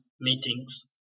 meetings